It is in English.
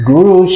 Guru